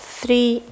three